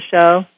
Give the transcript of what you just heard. show